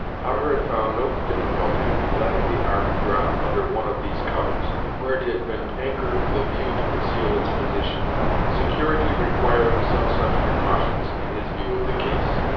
hutter had found no difficulty in letting the ark drop under one of these covers, where it had been anchored with a view to conceal its position security requiring some such precautions, in his view of the case.